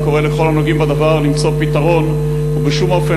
וקורא לכל הנוגעים בדבר למצוא פתרון ובשום אופן